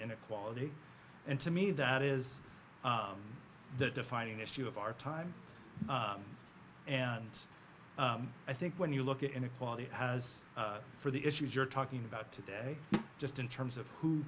inequality and to me that is the defining issue of our time and i think when you look at inequality has for the issues you're talking about today just in terms of who